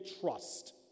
trust